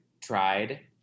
tried